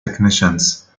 technicians